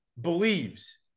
believes